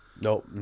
Nope